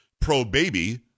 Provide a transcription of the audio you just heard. pro-baby